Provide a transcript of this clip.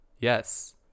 Yes